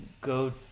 go